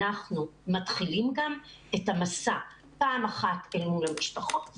אנחנו מתחילים גם את המסע פעם אחת אל מול המשפחות,